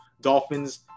dolphins